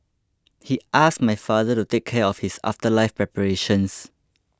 he asked my father to take care of his afterlife preparations